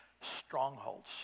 strongholds